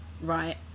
right